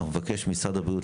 אנחנו נבקש ממשרד הבריאות,